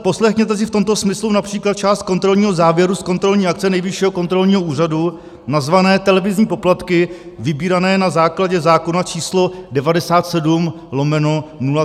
Poslechněte si v tomto smyslu například část kontrolního závěru z kontrolní akce Nejvyššího kontrolního úřadu nazvané Televizní poplatky vybírané na základě zákona č. 97/2003 Sb.